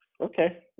okay